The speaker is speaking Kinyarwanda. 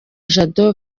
jado